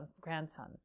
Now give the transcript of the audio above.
grandson